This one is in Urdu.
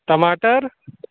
ٹماٹر